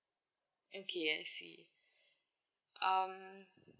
okay I see um